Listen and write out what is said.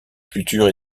culture